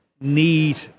need